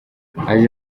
haje